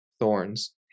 thorns